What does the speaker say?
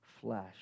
flesh